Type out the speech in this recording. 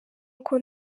uko